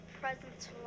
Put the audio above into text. Presents